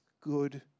good